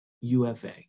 UFA